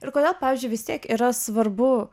ir kodėl pavyzdžiui vis tiek yra svarbu